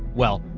well,